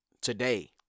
Today